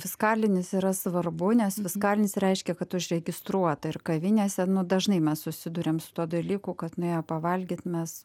fiskalinis yra svarbu nes fiskalinis reiškia kad užregistruota ir kavinėse nu dažnai mes susiduriam su tuo dalyku kad nuėjo pavalgyt mes